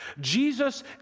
Jesus